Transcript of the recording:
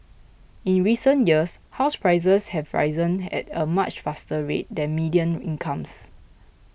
in recent years house prices have risen at a much faster rate than median incomes